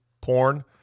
porn